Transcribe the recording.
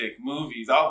movies